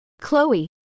Chloe